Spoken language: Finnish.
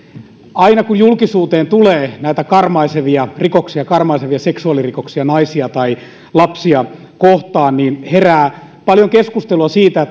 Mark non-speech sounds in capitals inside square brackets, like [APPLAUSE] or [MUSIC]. aina kun julkisuuteen tulee näitä karmaisevia rikoksia karmaisevia seksuaalirikoksia naisia tai lapsia kohtaan herää paljon keskustelua siitä [UNINTELLIGIBLE]